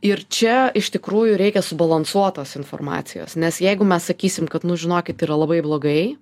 ir čia iš tikrųjų reikia subalansuotos informacijos nes jeigu mes sakysim kad nu žinokit yra labai blogai